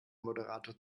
moderator